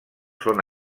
són